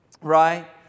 right